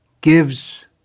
gives